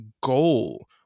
goal